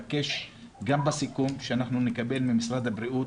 אני מבקש גם בסיכום שאנחנו נקבל ממשרד הבריאות